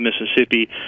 Mississippi